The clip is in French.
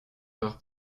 heures